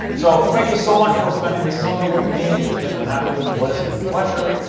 so, thank you so much for spending this sunday with me. it's been an absolute bliss and pleasure.